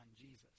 Jesus